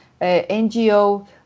NGO